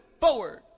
forward